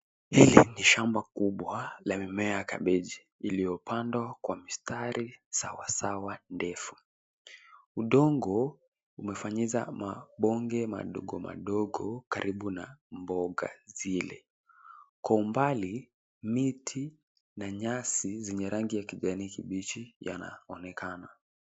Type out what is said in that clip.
Hili ni shamba kubwa la mimea ya kabeji iliyopandwa kwa mistari sawasawa ndefu. Udongo umebonyeza mabonge madogo madogo karibu na mboga zile. Kwa mbali miti na nyasi yenye rangi ya kijani kibichi yanaonekana.